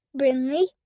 Brinley